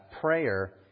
prayer